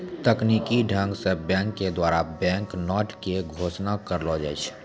तकनीकी ढंग से बैंक के द्वारा बैंक नोट के घोषणा करलो जाय छै